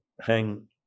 hang